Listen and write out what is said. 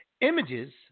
images